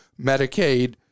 Medicaid